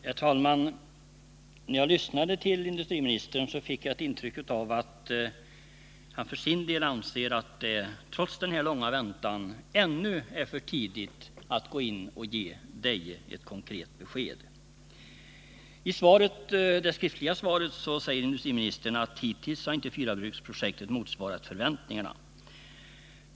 Herr talman! När jag lyssnade till industriministern fick jag ett intryck av att han för sin del anser att det trots den här långa väntan ännu är för tidigt att att förbättra sysselsättningsläget i Värmlands län ge Deje ett konkret besked. I det skriftliga svaret säger industriministern att fyrabruksprojektet hittills inte motsvarat förväntningarna.